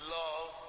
love